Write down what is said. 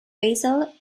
basal